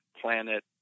planet